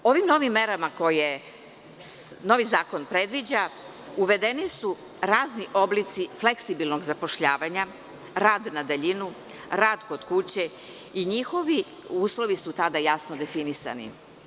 Ovim novim merama koje novi zakon predviđa, uvedeni su razni oblici fleksibilnog zapošljavanja, rad na daljinu, rad kod kuće i njihovi uslovi su tada jasno definisani.